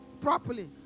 properly